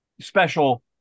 special